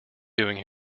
doing